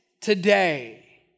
today